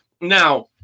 Now